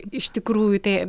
iš tikrųjų tai